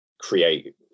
create